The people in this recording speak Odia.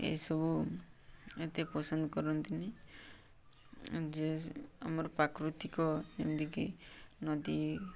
ଏସବୁ ଏତେ ପସନ୍ଦ କରନ୍ତିନି ଯେ ଆମର ପ୍ରାକୃତିକ ଯେମିତିକି ନଦୀ